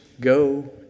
go